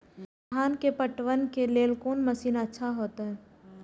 धान के पटवन के लेल कोन मशीन अच्छा होते?